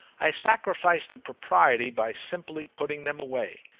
i sacrificed to propriety by simply putting them away,